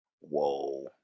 Whoa